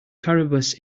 caribous